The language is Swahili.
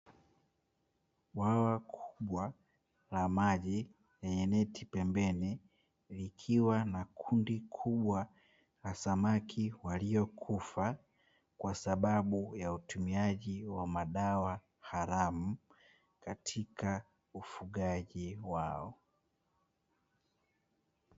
Bwawa kubwa la maji lenye neti pembeni likiwa na kundi kubwa la samaki waliokufa, kwa sababu ya utumiaji wa madawa haramu katika ufugaji wao.